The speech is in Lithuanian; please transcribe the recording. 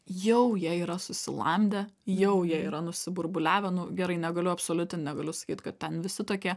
jau jie yra susilamdę jau jie yra nusiburbuliavę nu gerai negaliu absoliutint negaliu sakyt kad ten visi tokie